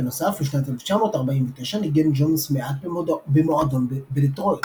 בנוסף, בשנת 1949 ניגן ג'ונס מעט במועדון בדטרויט.